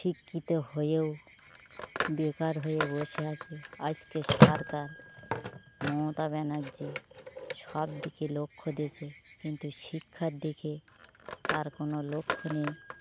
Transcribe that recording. শিক্ষিত হয়েও বেকার হয়ে বসে আছে আজকে সরকার মমতা ব্যানার্জি সব দিকে লক্ষ্য রয়েছে কিন্তু শিক্ষার দিকে তার কোনো লক্ষ্য নেই